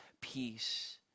peace